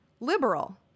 liberal